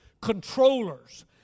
controllers